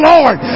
Lord